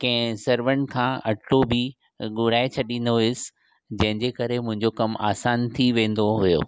कंहिंं servant खां अटो बि ॻोहाए छॾींदो हुयुसि जंहिंजे करे मुंहिंजो कमु आसानु थी वेंदो हुयो